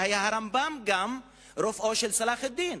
זה היה באותה תקופה שגם הרמב"ם היה רופאו של צלאח א-דין.